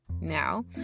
now